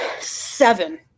Seven